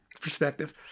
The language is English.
perspective